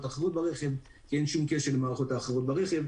אחרות ברכב כי אין שום קשר למערכות האחרות ברכב,